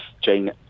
Jane